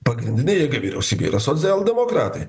pagrindinė jėga vyriausybėj yra socialdemokratai